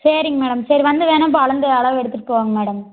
சரிங்க மேடம் சரி வந்து வேணுணா இப்போ அளந்து அளவு எடுத்துகிட்டு போங்க மேடம்